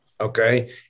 Okay